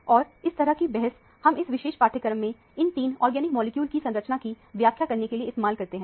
और इस तरह की बहस हम इस विशेष पाठ्यक्रम में इन तीन ऑर्गेनिक मॉलिक्यूल की संरचना की व्याख्या करने के लिए इस्तेमाल करते हैं